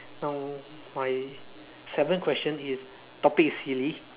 now my seventh question is topic is silly